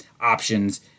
options